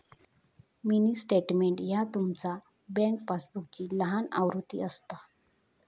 mini statement ह्या तुमचा bank पासबुकची लहान आवृत्ती असता